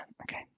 okay